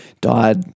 died